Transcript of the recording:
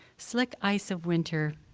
slick ice of winter,